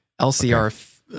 LCR